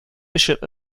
bishop